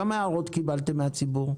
כמה הערות קיבלתם מהציבור?